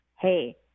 hey